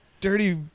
dirty